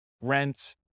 rent